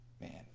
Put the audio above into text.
man